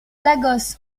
lagos